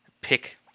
pick